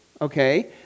okay